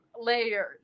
layers